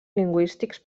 lingüístics